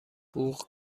بوق